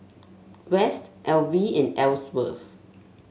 West Elvie and Elsworth